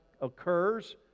occurs